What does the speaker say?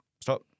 stop